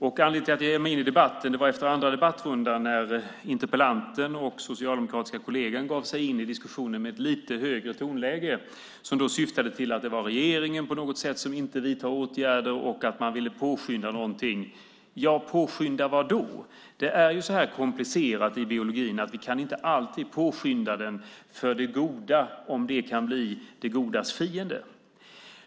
Anledningen till att jag ger mig in i debatten är att interpellanten och den socialdemokratiska kollegan i den andra inläggsrundan gav sig in i diskussionen med ett lite högre tonläge - ett tonläge som syftade till att påstå att det var regeringen som på något sätt inte vidtar åtgärder och att man ville påskynda någonting. Påskynda vad? Med biologin är det så att den är så komplicerad att vi inte alltid kan påskynda den. Det goda kan då bli det godas fiende.